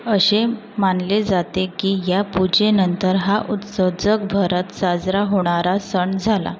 असे मानले जाते की या पूजेनंतर हा उत्सव जगभरात साजरा होणारा सण झाला